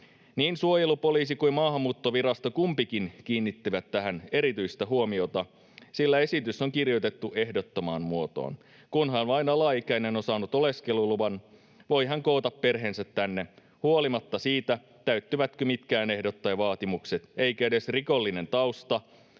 Niin suojelupoliisi kuin Maahanmuuttovirasto, kumpikin, kiinnittivät tähän erityistä huomiota, sillä esitys on kirjoitettu ehdottomaan muotoon. Kunhan vain alaikäinen on saanut oleskeluluvan, voi hän koota perheensä tänne huolimatta siitä, täyttyvätkö mitkään ehdot tai vaatimukset, eikä edes rikollinen tausta,